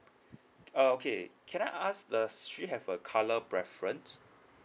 uh okay can I ask does she have a colour preference